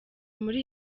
muri